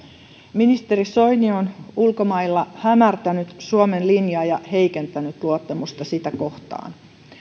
ministeri soini on ulkomailla hämärtänyt suomen linjaa ja heikentänyt luottamusta sitä kohtaan